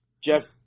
Jeff